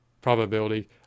probability